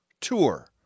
tour